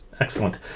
Excellent